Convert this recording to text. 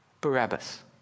Barabbas